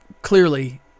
clearly